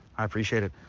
i appreciate it.